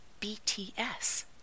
BTS